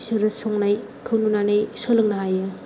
बिसोरनि संनायखौ नुनानै सोंलोंनो हायो